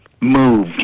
moved